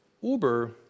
Uber